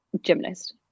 gymnast